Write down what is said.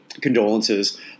condolences